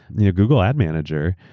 you know google ad manager,